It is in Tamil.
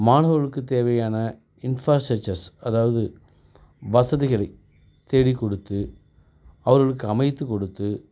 மாணவர்களுக்கு தேவையான இன்ஃப்ராஸ்ட்ரக்சர்ஸ் அதாவது வசதிகளை தேடி கொடுத்து அவர்களுக்கு அமைத்து கொடுத்து